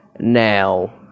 Now